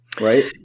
right